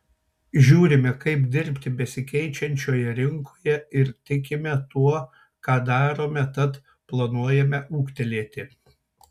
žiūrime kaip dirbti besikeičiančioje rinkoje ir tikime tuo ką darome tad planuojame ūgtelėti